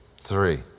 three